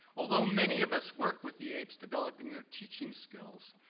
although many of us worked with the aaps developing their teaching skills,